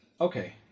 okay